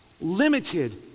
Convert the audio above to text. limited